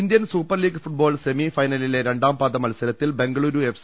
Indian super league football semi ഫൈനലിലെ രണ്ടാം പാദ മത്സരത്തിൽ ബംഗലൂരു എഫ്